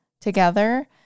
together